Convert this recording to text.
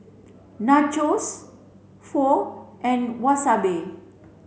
Nachos Pho and Wasabi